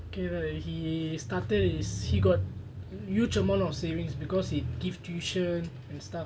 okay right he started his he got huge amount of savings because he give tuition and stuff